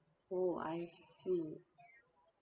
oh I see